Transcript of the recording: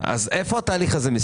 אם כן, איפה מסתיים התהליך הזה?